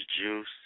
juice